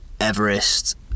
Everest